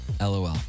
LOL